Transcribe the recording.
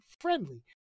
friendly